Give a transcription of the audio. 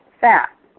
fat